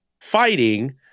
fighting